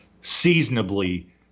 seasonably